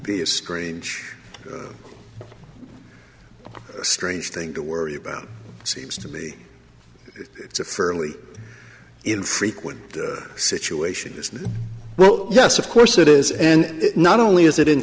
be a screen strange thing to worry about seems to me it's a fairly infrequent situation as well yes of course it is and not only is i